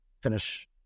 finish